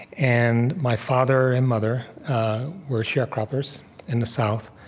and my father and mother were sharecroppers in the south.